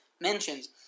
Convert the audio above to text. mentions